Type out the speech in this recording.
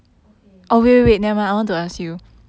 okay